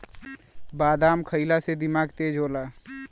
बादाम खइला से दिमाग तेज होला